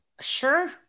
Sure